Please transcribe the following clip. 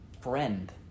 friend